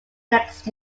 next